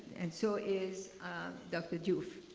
and so is dr. diuof.